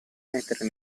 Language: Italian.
mettere